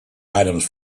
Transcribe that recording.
items